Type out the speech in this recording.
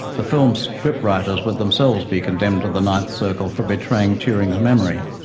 the film's scriptwriters would themselves be condemned to the ninth circle for betraying turing's memory.